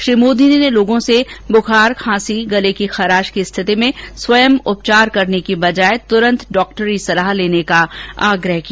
श्री मोदी ने लोगों से बुखार खांसी गले में खराश होने की स्थिति में स्वंय उपचार करने की बजाय तुरंत डॉक्टरी सलाह लेने का आग्रह किया